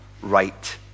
right